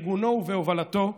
בארגונו ובהובלתו,